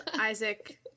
Isaac